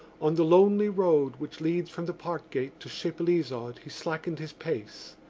on the lonely road which leads from the parkgate to chapelizod he slackened his pace.